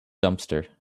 dumpster